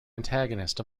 antagonist